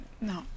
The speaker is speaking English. No